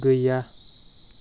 गैया